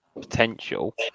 potential